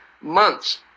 months